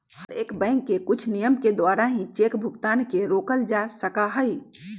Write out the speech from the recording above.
हर एक बैंक के कुछ नियम के द्वारा ही चेक भुगतान के रोकल जा सका हई